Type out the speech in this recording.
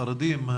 חרדים,